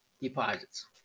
deposits